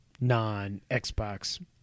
non-Xbox